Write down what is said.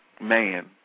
man